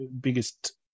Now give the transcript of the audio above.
biggest